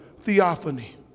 theophany